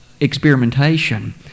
experimentation